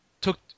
took